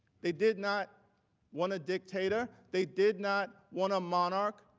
they did not want a dictator. they did not want a monarch.